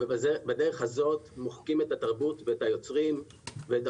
בדרך הזאת מוחקים את התרבות ואת היוצרים ואת